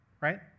right